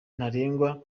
ntarengwa